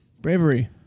Bravery